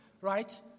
right